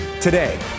today